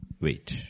wait